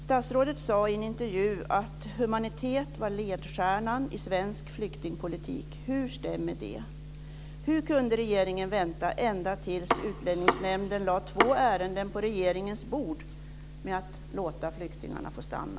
Statsrådet sade i en intervju att humanitet var ledstjärnan i svensk flyktingpolitik. Hur stämmer det? Hur kunde regeringen vänta ända tills Utlänningsnämnden lade två ärenden på regeringens bord med att låta flyktingarna stanna?